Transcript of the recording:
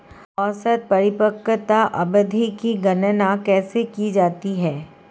औसत परिपक्वता अवधि की गणना कैसे की जाती है?